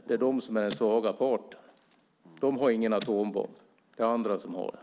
Det är de som är den svaga parten. De har ingen atombomb, det är andra som har det.